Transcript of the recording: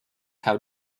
how